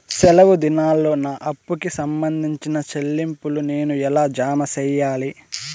సెలవు దినాల్లో నా అప్పుకి సంబంధించిన చెల్లింపులు నేను ఎలా జామ సెయ్యాలి?